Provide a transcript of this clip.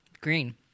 Green